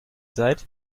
seid